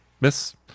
Miss